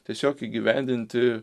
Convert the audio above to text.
tiesiog įgyvendinti